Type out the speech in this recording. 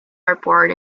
airport